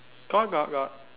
got got got